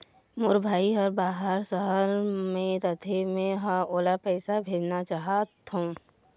मोर भाई हर बाहर शहर में रथे, मै ह ओला पैसा भेजना चाहथों